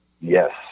yes